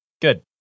Good